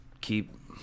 keep